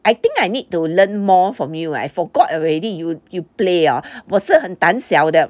I think I need to learn more from you I forgot already you you play ah 我是很胆小的